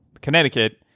Connecticut